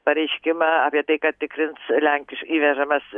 pareiškimą apie tai kad tikrins lenkiš įvežamas